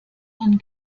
man